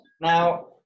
Now